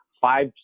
five